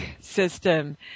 system